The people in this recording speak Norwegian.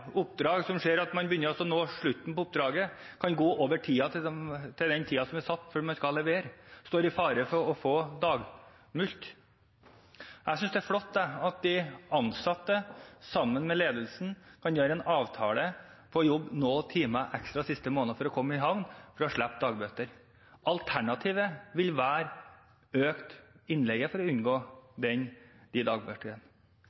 oppdrag, der man mot slutten av oppdraget ser at man kan gå over den tiden som er satt for levering, og står i fare for å få dagmulkt. Jeg synes det er flott at de ansatte, sammen med ledelsen, kan gjøre en avtale om å jobbe noen timer ekstra den siste måneden for å komme i havn, for å slippe dagbøter. Alternativet vil være økt innleie for å unngå de